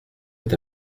est